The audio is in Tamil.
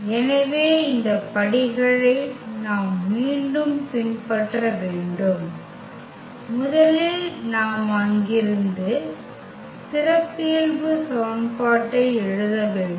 எனவே இந்த படிகளை நாம் மீண்டும் பின்பற்ற வேண்டும் முதலில் நாம் அங்கிருந்து சிறப்பியல்பு சமன்பாட்டை எழுத வேண்டும்